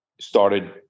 started